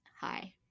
Hi